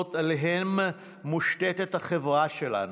היסודות שעליהם מושתתת החברה שלנו,